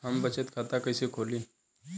हम बचत खाता कइसे खोलीं?